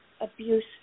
abuse